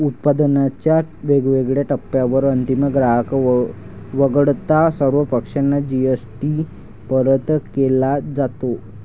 उत्पादनाच्या वेगवेगळ्या टप्प्यांवर अंतिम ग्राहक वगळता सर्व पक्षांना जी.एस.टी परत केला जातो